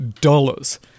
dollars